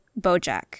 BoJack